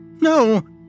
No